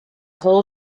whole